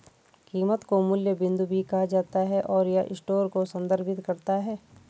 कीमत को मूल्य बिंदु भी कहा जाता है, और यह स्टोर को संदर्भित करता है